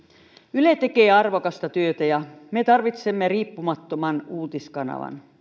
yle tekee arvokasta työtä ja me tarvitsemme riippumattoman uutiskanavan